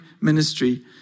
ministry